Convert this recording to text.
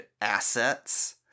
assets